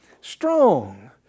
strong